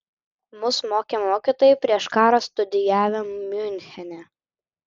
mus mokė mokytojai prieš karą studijavę miunchene